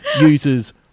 uses